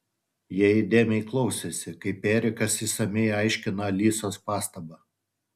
jie įdėmiai klausėsi kaip erikas išsamiai aiškina alisos pastabą